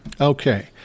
Okay